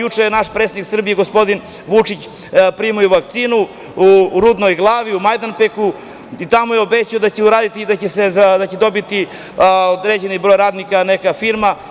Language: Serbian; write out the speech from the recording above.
Juče je naš predsednik Srbije, gospodin Vučić, primio vakcinu u Rudnoj Glavi, u Majdanpeku, i tamo je obećao da će uraditi nešto, da će dobiti određeni broj radnika neka firma.